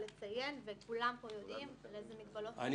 כולם פה יודעים באיזה מגבלות מדובר,